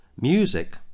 music